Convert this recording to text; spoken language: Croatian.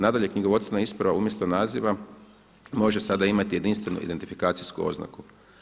Nadalje, knjigovodstvena isprava umjesto naziva može sada imati jedinstvenu identifikacijsku oznaku.